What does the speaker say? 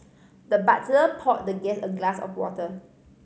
the butler poured the guest a glass of water